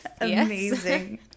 amazing